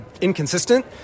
inconsistent